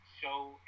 show